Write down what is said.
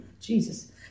Jesus